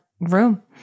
room